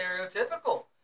stereotypical